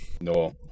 No